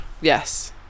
Yes